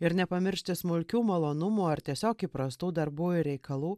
ir nepamiršti smulkių malonumų ar tiesiog įprastų darbų ir reikalų